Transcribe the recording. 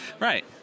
Right